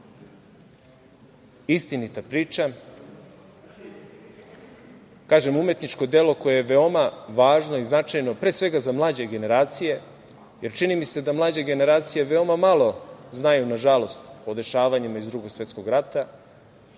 Istinita priča, kažem, umetničko delo koje je veoma važno i značajno, pre svega za mlađe generacije, jer čini mi se da mlađe generacije veoma malo znaju, nažalost, o dešavanjima iz Drugog svetskog rata,